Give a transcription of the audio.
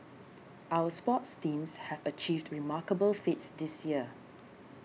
our sports teams have achieved remarkable feats this year